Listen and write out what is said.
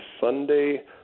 Sunday